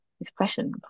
expression